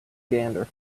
gander